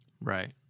Right